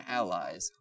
allies